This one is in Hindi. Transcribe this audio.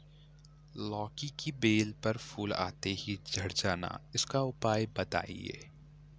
लौकी की बेल पर फूल आते ही झड़ जाना इसका उपाय बताएं?